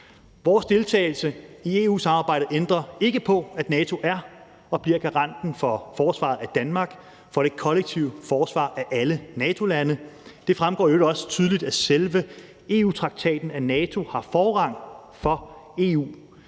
Vores deltagelse i EU-samarbejdet ændrer ikke på, at NATO er og bliver garanten for forsvaret af Danmark, for det kollektive forsvar af alle NATO-lande. Det fremgår i øvrigt også tydeligt af selve EU-traktaten, at NATO har forrang for EU.